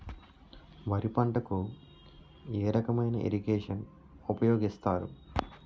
వరి పంటకు ఏ రకమైన ఇరగేషన్ ఉపయోగిస్తారు?